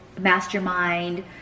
mastermind